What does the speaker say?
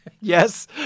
Yes